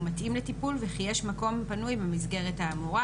מתאים לטיפול וכי יש מקום פנוי במסגרת האמורה.